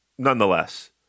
Nonetheless